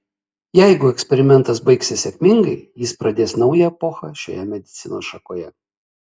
jeigu eksperimentas baigsis sėkmingai jis pradės naują epochą šioje medicinos šakoje